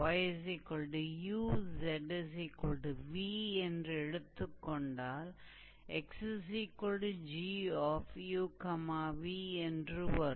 𝑦 𝑢 𝑧 𝑣 என்று எடுத்துக் கொண்டால் 𝑥𝑔 𝑢𝑣 என்று வரும்